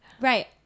right